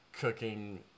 cooking